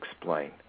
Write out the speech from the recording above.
explain